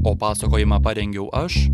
o pasakojimą parengiau aš